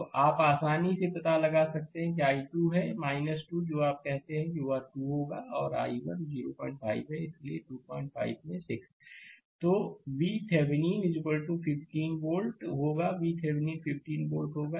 तो आप आसानी से पता लगा सकते हैं कि i2 है 2 जो आप कहते हैं वह 2 होगा और i1 05 है इसलिए 25 में 6 तो VThevenin 15 वोल्ट होगाVThevenin 15 वोल्ट होगा